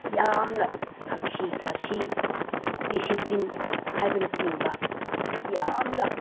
ꯌꯥꯝꯅ ꯊꯛꯁꯤ ꯈꯥꯁꯤ ꯗꯤꯁꯤꯄ꯭ꯂꯤꯟ ꯍꯥꯏꯕꯅ ꯆꯤꯡꯕ ꯌꯥꯝꯅ